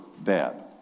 bad